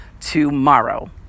tomorrow